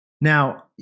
Now